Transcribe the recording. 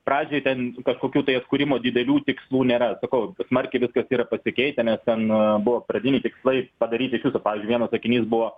pradžiai ten kažkokių tai atkūrimo didelių tikslų nėra sakau smarkiai viskas yra pasikeitę nes ten buvo tikslai padaryti iš viso pavyzdžiui vienas sakinys buvo